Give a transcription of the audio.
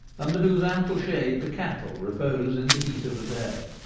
under whose ample shade the cattle repose in the heat of the day.